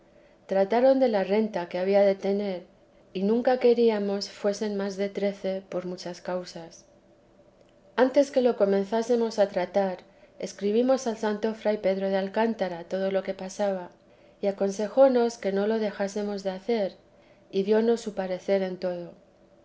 trataron de la renta que había de tener y nunca queríamos fuesen más de trece por muchas causas antes que lo comenzásemos a tratar escribimos al santo fray pedro de alcántara todo lo que pasaba y aconsejónos que no lo dejásemos de hacer y diónos su parecer en todo